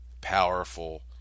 powerful